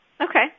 Okay